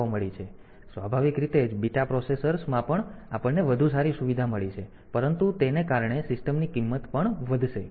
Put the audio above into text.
તેથી સ્વાભાવિક રીતે જ બીટા પ્રોસેસર્સ માં આપણને વધુ સારી સુવિધા મળી છે પરંતુ તેને કારણે સિસ્ટમની કિંમત પણ વધશે